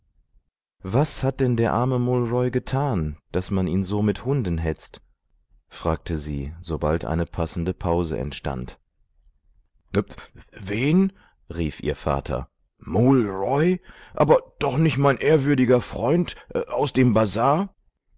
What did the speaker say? was hat denn der arme mool roy getan daß man ihn so mit hunden hetzt fragte sie sobald eine passende pause entstand wen rief ihr vater mool roy aber doch nicht mein ehrwürdiger freund aus dem bazar